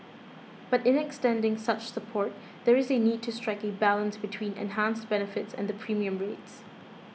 but in extending such support there is a need to strike a balance between enhanced benefits and the premium rates